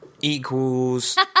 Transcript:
equals